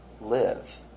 live